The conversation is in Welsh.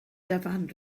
dyfan